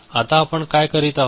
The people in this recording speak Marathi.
आता आपण काय करत आहोत